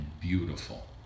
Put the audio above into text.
beautiful